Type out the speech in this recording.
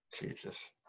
Jesus